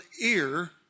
ear